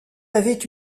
avait